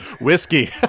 whiskey